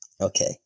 Okay